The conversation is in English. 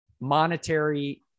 monetary